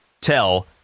tell